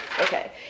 Okay